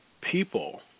people